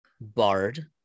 bard